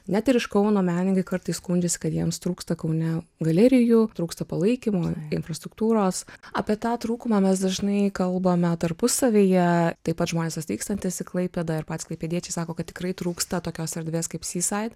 net iš kauno menininkai kartais skundžiasi kad jiems trūksta kaune galerijų trūksta palaikymo infrastruktūros apie tą trūkumą mes dažnai kalbame tarpusavyje taip pat žmonės atvykstantys į klaipėdą ir patys klaipėdiečiai sako kad tikrai trūksta tokios erdvės kaip sysait